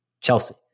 Chelsea